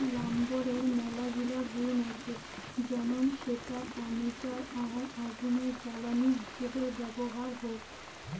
লাম্বরের মেলাগিলা গুন্ আছে যেমন সেটা ফার্নিচার আর আগুনের জ্বালানি হিসেবে ব্যবহার হউক